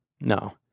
no